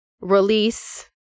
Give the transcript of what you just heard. release